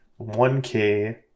1k